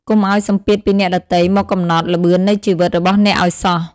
កុំឱ្យសម្ពាធពីអ្នកដទៃមកកំណត់ "ល្បឿននៃជីវិត" របស់អ្នកឱ្យសោះ។